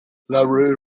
larue